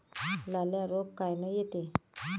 लाल्या रोग कायनं येते?